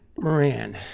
Moran